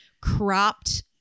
cropped